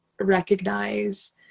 recognize